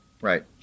right